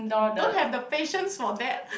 don't have the patience for that